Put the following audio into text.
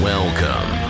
Welcome